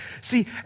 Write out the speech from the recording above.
See